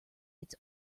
its